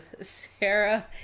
Sarah